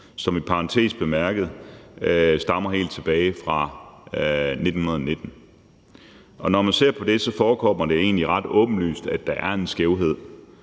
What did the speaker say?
som i parentes bemærket stammer helt tilbage fra 1919. Og når man ser på det, forekommer det egentlig ret åbenlyst, at der er en skævhed.